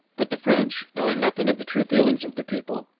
but the french, knowing nothing of the true feelings of the people,